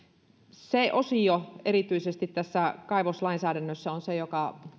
se osio erityisesti tässä kaivoslainsäädännössä on se joka